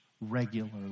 regularly